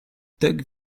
tuck